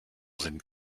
sind